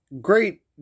Great